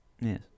Yes